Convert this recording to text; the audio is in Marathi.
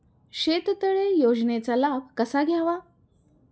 शेततळे योजनेचा लाभ कसा घ्यावा?